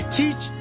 teach